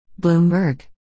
Bloomberg